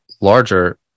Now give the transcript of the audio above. larger